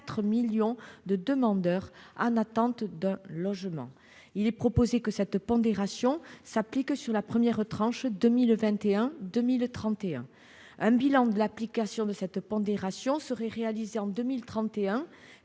Il est proposé que cette pondération s'applique sur la première tranche 2021-2031. Un bilan de son application serait réalisé en 2031,